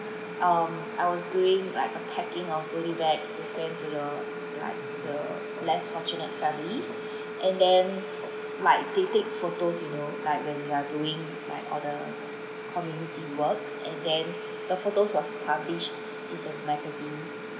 um I was doing like uh packing of goodie bags to send to the like the less fortunate families and then like they take photos you know like when you are doing like all the community work and then the photos was published in the magazines